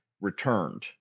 returned